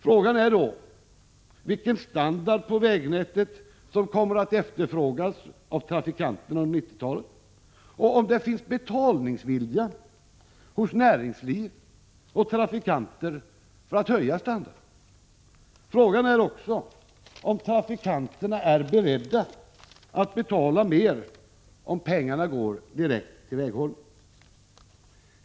Frågan är då vilken standard på vägnätet som kommer att efterfrågas av trafikanterna under 1990-talet och om det finns betalningsvilja hos näringsliv och trafikanter för att höja standarden. Frågan är också om trafikanterna är beredda att betala mer, om pengarna går direkt till väghållning.